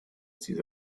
diese